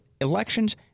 elections